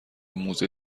موزه